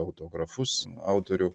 autografus autorių